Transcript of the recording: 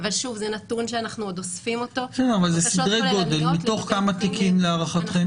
זה נתון שאנחנו אוספים אותו --- מתוך כמה תיקים להערכתכם?